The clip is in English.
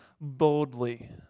boldly